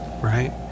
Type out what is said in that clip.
right